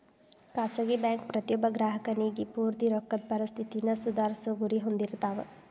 ಖಾಸಗಿ ಬ್ಯಾಂಕ್ ಪ್ರತಿಯೊಬ್ಬ ಗ್ರಾಹಕನಿಗಿ ಪೂರ್ತಿ ರೊಕ್ಕದ್ ಪರಿಸ್ಥಿತಿನ ಸುಧಾರ್ಸೊ ಗುರಿ ಹೊಂದಿರ್ತಾವ